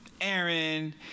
Aaron